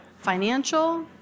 financial